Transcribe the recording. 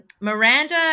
Miranda